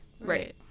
right